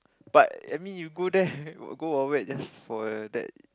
but I mean you go there go away just for that